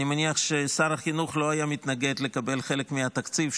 אני מניח ששר החינוך לא היה מתנגד לקבל חלק מהתקציב,